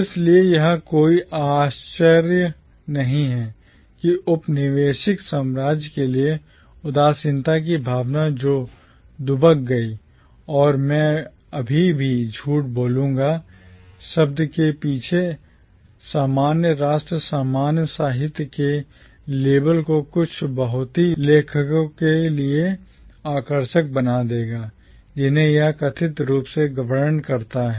इसलिए यह कोई आश्चर्य नहीं है कि औपनिवेशिक साम्राज्य के लिए उदासीनता की भावना जो दुबक गई और मैं अभी भी झूठ बोलूंगा शब्द के पीछे सामान्य राष्ट्र सामान्य साहित्य के लेबल को कुछ बहुत ही लेखकों के लिए अनाकर्षक बना देगा जिन्हें यह कथित रूप से वर्णन करता है